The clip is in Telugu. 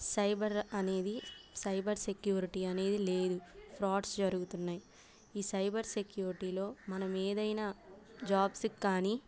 సైబర్ అనేది సైబర్ సెక్యూరిటీ అనేది లేదు ఫ్రాడ్స్ జరుగుతున్నాయి ఈ సైబర్ సెక్యూరిటీలో మనం ఏదైనా జాబ్స్ కానీ